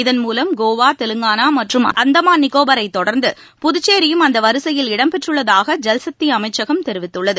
இதன் மூலம் கோவா தெலங்கானா மற்றும் அந்தமான் மற்றும் நினோபாளரத் தொடர்ந்து புதுச்சேரியும் அந்த வரிசையில் இடம்பெற்றுள்ளதாக ஐல்சக்தி அமைச்சகம் தெரிவித்துள்ளது